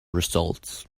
results